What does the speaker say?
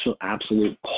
absolute